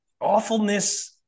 awfulness